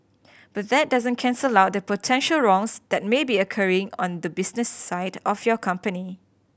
but that doesn't cancel out the potential wrongs that may be occurring on the business side of your company